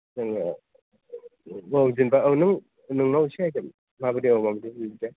जायो अ जेनेबा औ नों नोंनाव एसे आयदिया माबायदि बा बेबादिया